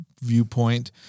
viewpoint